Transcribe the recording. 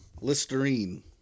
Listerine